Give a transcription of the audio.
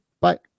bye